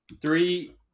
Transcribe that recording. Three